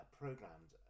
programmed